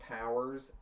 powers